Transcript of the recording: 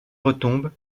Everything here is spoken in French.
retombe